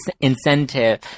incentive